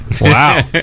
Wow